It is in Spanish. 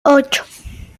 ocho